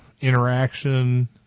interaction